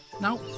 Now